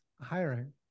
hiring